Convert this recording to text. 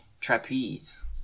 Trapeze